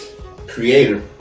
Creator